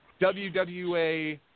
WWA